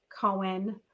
cohen